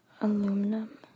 Aluminum